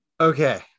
Okay